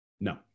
No